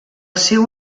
seu